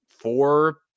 four